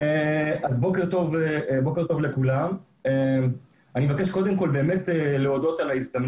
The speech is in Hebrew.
ומטבע הדברים אנחנו מקצים כל אחד מהכלים האלה בהתאם